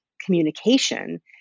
communication